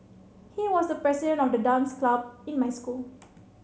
he was the president of the dance club in my school